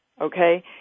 okay